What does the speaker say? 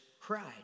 cried